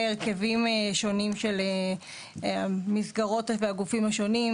הרכבים שונים של המסגרות והגופים השונים: